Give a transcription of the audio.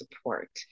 support